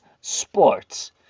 sports